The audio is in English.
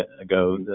ago